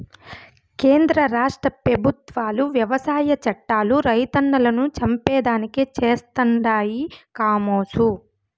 కేంద్ర రాష్ట్ర పెబుత్వాలు వ్యవసాయ చట్టాలు రైతన్నలను చంపేదానికి చేస్తండాయి కామోసు